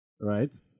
Right